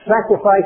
sacrifice